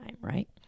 right